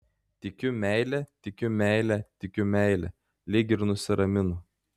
tikiu meile tikiu meile tikiu meile lyg ir nusiraminu